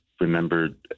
remembered